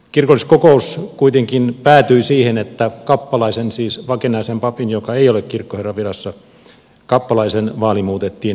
kirkolliskokous kuitenkin päätyi siihen että kappalaisen siis vakinaisen papin joka ei ole kirkkoherran virassa kappalaisen vaali muutettiin välilliseksi